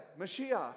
Mashiach